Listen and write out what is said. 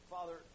Father